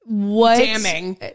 damning